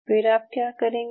फिर आप क्या करेंगे